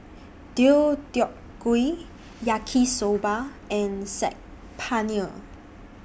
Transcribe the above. Deodeok Gui Yaki Soba and Saag Paneer